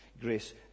grace